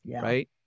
right